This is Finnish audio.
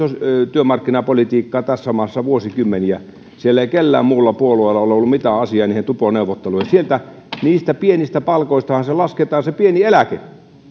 työmarkkinapolitiikkaa tässä maassa vuosikymmeniä millään muulla puolueella ei ole ollut mitään asiaa tupo neuvotteluihin sieltä niistä pienistä palkoistahan se lasketaan se pieni eläke